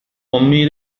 أمي